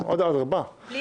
לגבי